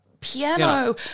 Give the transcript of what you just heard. piano